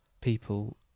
people